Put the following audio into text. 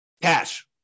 Cash